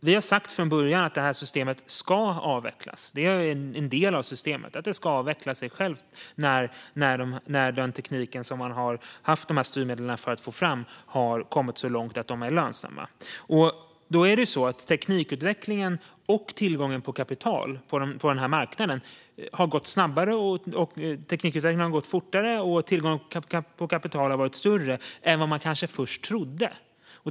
Vi har från början sagt att systemet ska avvecklas när den teknik som styrmedlen har funnits för har kommit så långt att den är lönsam. Teknikutvecklingen har gått snabbare och tillgången till kapital på marknaden har varit större än vad man först trodde.